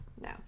no